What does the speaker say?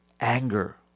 anger